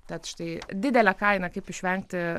tad štai didelę kainą kaip išvengti